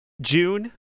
June